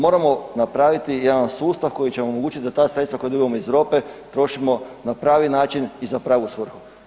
Moramo napraviti jedan sustav koji će omogućiti da ta sredstva koja dobivamo iz Europe trošimo na pravi način i za pravu svrhu.